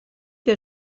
que